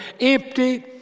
empty